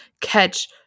catch